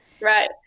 right